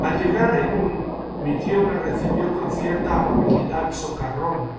al llegar a irún mi tío me recibió con cierta amabilidad socarrona